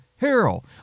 Harold